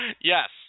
Yes